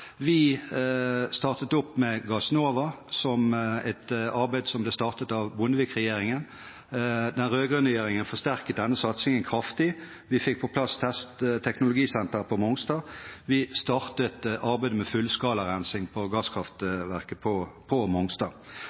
Vi startet opp med Gassnova, et arbeid som ble startet av Bondevik-regjeringen. Den rød-grønne regjeringen forsterket denne satsingen kraftig. Vi fikk på plass teknologisenteret på Mongstad. Vi startet arbeidet med fullskalarensing på gasskraftverket på Mongstad